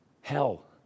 hell